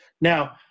Now